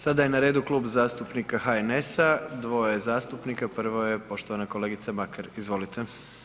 Sada je na redu Klub zastupnika HNS-a, dvoje zastupnika, prvo je poštovana kolegica Makar, izvolite.